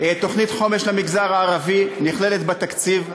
תוכנית חומש למגזר הערבי נכללת בתקציב.